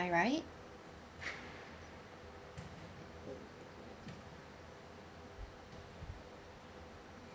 right